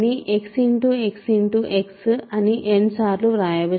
X అని n సార్లు వ్రాయవచ్చు